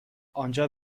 آنجا